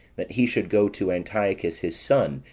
that he should go to antiochus, his son,